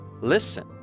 listen